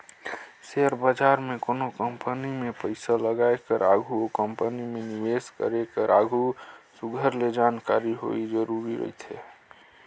share बजार में कोनो कंपनी में पइसा लगाए कर आघु ओ कंपनी में निवेस करे कर आघु सुग्घर ले जानकारी होवई जरूरी रहथे